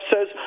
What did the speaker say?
says